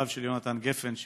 ודבריו של יונתן גפן,